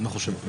לא חושב.